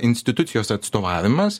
institucijos atstovavimas